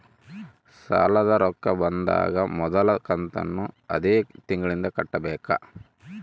ಸಾಲದ ರೊಕ್ಕ ಬಂದಾಗ ಮೊದಲ ಕಂತನ್ನು ಅದೇ ತಿಂಗಳಿಂದ ಕಟ್ಟಬೇಕಾ?